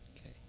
Okay